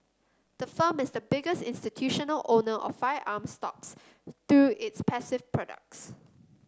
the firm is the biggest institutional owner of firearms stocks through its passive products